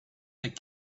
that